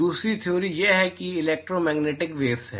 दूसरा थियोरी यह है कि इलेकट्रो मैग्नेटिक वेव्स है